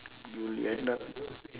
you'll end up